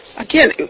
Again